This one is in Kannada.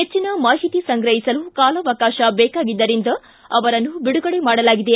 ಹೆಚ್ಚಿನ ಮಾಹಿತಿ ಸಂಗ್ರಹಿಸಿಲು ಕಾಲಾವಕಾಶ ದೇಕಾಗಿದ್ದರಿಂದ ಅವರನ್ನು ಬಿಡುಗಡೆ ಮಾಡಲಾಗಿದೆ